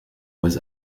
was